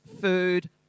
food